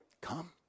come